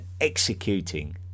executing